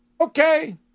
okay